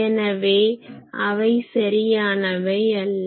எனவே அவை சரியானவை அல்ல